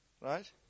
Right